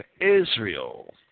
Israel